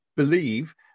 believe